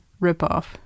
ripoff